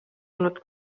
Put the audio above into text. olnud